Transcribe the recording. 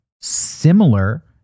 similar